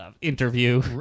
interview